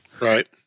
Right